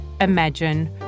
imagine